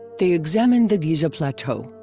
they examine the giza plateau.